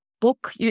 book